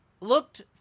looked